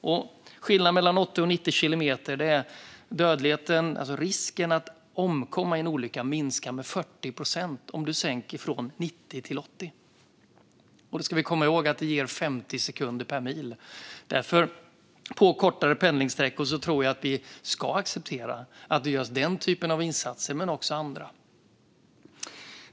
Risken att omkomma i en olycka minskar med 40 procent om man sänker från 90 till 80 kilometer i timmen. Då ska vi komma ihåg att tidsåtgången bara ökar med 50 sekunder per mil. Därför tycker jag att vi på kortare pendlingssträckor ska acceptera att man gör den typen av insatser, men också andra.